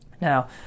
Now